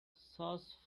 sauce